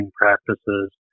practices